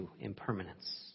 impermanence